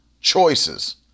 choices